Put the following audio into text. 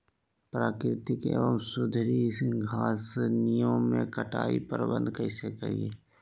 प्राकृतिक एवं सुधरी घासनियों में कटाई प्रबन्ध कैसे करीये?